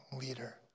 leader